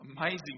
amazing